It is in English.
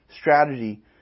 strategy